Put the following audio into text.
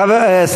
בעד,